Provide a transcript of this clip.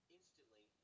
instantly